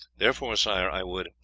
therefore, sire, i would,